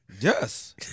Yes